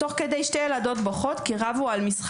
תוך כדיי שתי ילדות רבות על משחק,